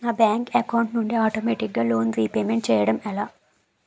నా bank account నుండి ఆటోమేటిగ్గా లోన్ రీపేమెంట్ చేయడం ఎలా?